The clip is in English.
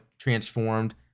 transformed